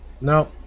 No